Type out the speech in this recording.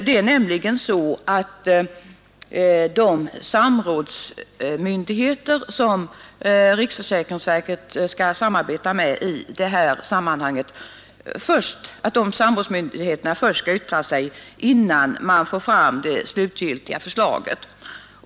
Det är nämligen så att de myndigheter som riksrevisionsverket skall samråda med i detta sammanhang först skall yttra sig innan man får fram det slutgiltiga förslaget.